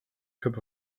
cup